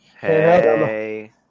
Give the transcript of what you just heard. Hey